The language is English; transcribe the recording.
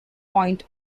point